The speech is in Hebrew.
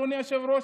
אדוני היושב-ראש,